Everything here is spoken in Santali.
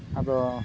ᱟᱫᱚ